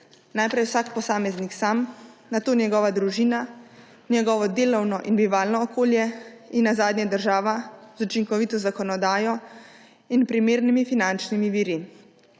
Najprej vsak posameznik sam, nato njegova družina, njegovo delovno in bivalno okolje in na zadnje država z učinkovito zakonodajo in primernimi finančnimi viri.